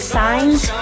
signs